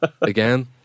Again